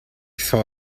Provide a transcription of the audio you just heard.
saw